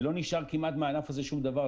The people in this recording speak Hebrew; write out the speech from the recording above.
ולא נשאר כמעט מהענף הזה שום דבר,